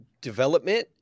development